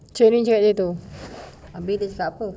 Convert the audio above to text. sheryn cadang tu habis dia start apa